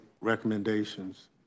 recommendations